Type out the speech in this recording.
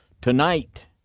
Tonight